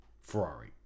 Ferrari